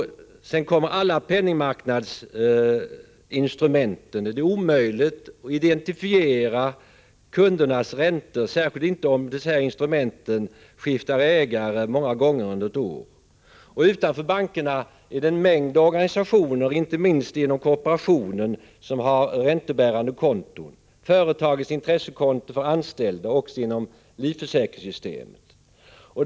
Härtill kommer alla penningmarknadsinstrumenten, beträffande vilka det är omöjligt att identifiera kundernas räntor, särskilt om instrumenten skiftar ägare många gånger under ett år. Utanför bankerna är det en mängd organisationer, inte minst inom kooperationen, som har räntebärande konton, och företag har intressekonton för anställda, bl.a. inom livförsäkringssystemet.